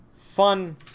fun